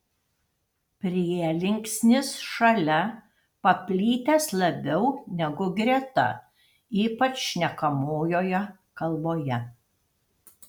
prielinksnis šalia paplitęs labiau negu greta ypač šnekamojoje kalboje